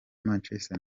manchester